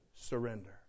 Surrender